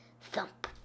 Thump